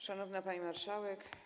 Szanowna Pani Marszałek!